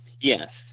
yes